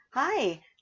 Hi